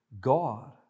God